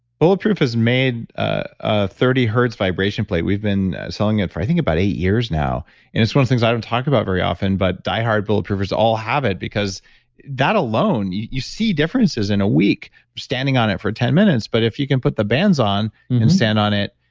bulletproof has made ah thirty hertz vibration plate. we've been selling it for, i think about eight years now and it's one of things i don't talk about very often, but diehard bulletproofers all have it because that alone, you see differences in a week standing on it for ten minutes, but if you can put the bands on and stand on it,